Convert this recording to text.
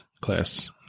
class